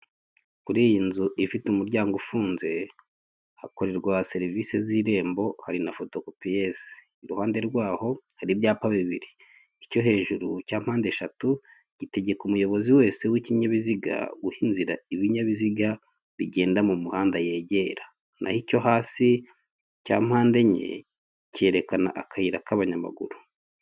Kuri iyi nzu ifite umuryango ufunze, hakorerwa serivise z'irembo hari na fotokopiyeze. Iruhande rwaho hari ibyapa bibiri, icyo hejuru cya mpande eshatu gitegeka umuyobozi wese w'ikinyabiziga guha inzira ibinyabiziga bigenda mu muhanda yegera, naho icyo hasi cya mpande enye, cyerekana akayira k'abanyamaguru.